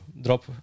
drop